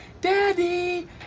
daddy